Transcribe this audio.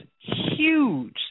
huge